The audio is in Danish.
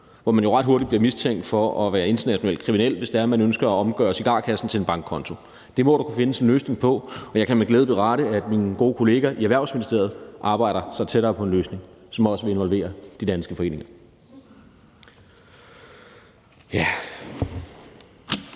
hvor man jo ret hurtigt bliver mistænkt for at være international kriminel, hvis det er sådan, at man ønsker at omgøre cigarkassen til en bankkonto. Det må der kunne findes en løsning på, og jeg kan med glæde berette, at min gode kollega i Erhvervsministeriet arbejder sig tættere på en løsning, som også vil involvere de danske foreninger.